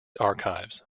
archives